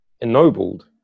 ennobled